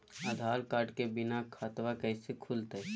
आधार card के बिना खाताबा कैसे खुल तय?